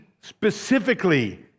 specifically